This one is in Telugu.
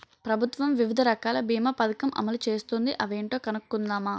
ప్రభుత్వం వివిధ రకాల బీమా పదకం అమలు చేస్తోంది అవేంటో కనుక్కుందామా?